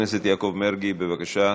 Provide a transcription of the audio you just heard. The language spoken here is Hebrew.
חבר הכנסת יעקב מרגי, בבקשה,